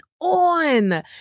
on